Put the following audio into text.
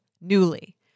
Newly